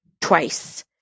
twice